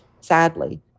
sadly